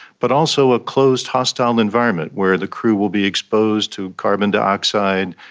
but also a closed hostile environment where the crew will be exposed to carbon dioxide,